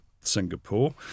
Singapore